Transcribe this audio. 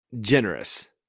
generous